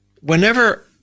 whenever